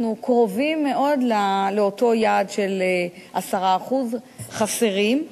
אנחנו קרובים מאוד לאותו יעד של 10% חסרים.